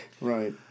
Right